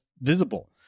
visible